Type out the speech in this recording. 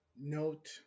Note